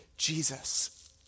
Jesus